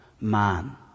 man